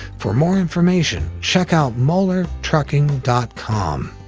for more information, check out moellertrucking dot com.